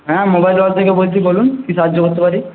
হ্যাঁ মোবাইল দোকান থেকে বলছি বলুন কী সাহায্য করতে পারি